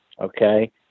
okay